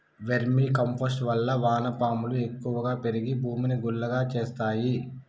vermi compost వల్ల వాన పాములు ఎక్కువ పెరిగి భూమిని గుల్లగా చేస్తాయి